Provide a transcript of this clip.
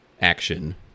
action